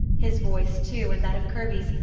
his voice, too, and that of kirby's,